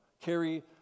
carry